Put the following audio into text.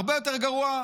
הרבה יותר גרוע,